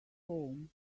home